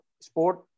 sport